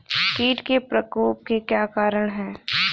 कीट के प्रकोप के क्या कारण हैं?